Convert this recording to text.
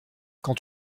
quand